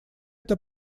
это